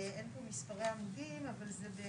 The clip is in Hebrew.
רצינו להפנות